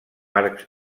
arcs